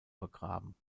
begraben